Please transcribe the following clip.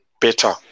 better